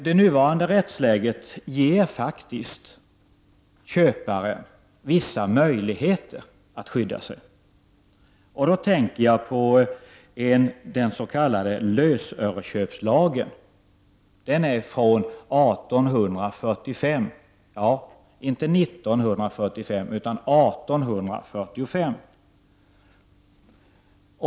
Det nuvarande rättsläget ger ändå faktiskt köparen vissa möjligheter att skydda sig. Jag tänker på den s.k. lösöreköpslagen, som är från 1845 — alltså inte från 1945.